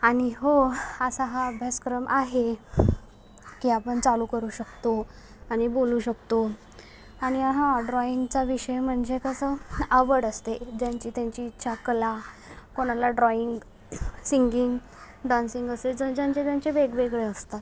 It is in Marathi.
आणि हो असा हा अभ्यासक्रम आहे की आपण चालू करू शकतो आणि बोलू शकतो आणि हा ड्रॉईंगचा विषय म्हणजे कसं आवड असते ज्यांची त्यांची इच्छा कला कोणाला ड्रॉईंग सिंगिंग डान्सिंग असे ज ज्यांचे ज्यांचे वेगवेगळे असतात